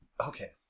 okay